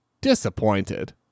Disappointed